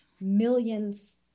millions